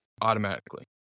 automatically